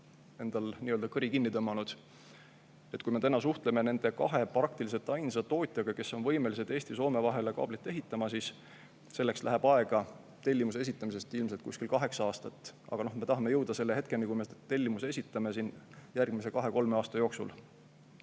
endal nii-öelda kõri kinni tõmmanud. Kui me täna suhtleme nende kahe sama hästi kui ainsa tootjaga, kes on võimelised Eesti ja Soome vahele kaablit ehitama, siis läheb aega tellimuse esitamisest alates ilmselt umbes kaheksa aastat. Aga me tahame jõuda selle hetkeni, kui me tellimuse esitame, juba järgmise kahe-kolme aasta jooksul.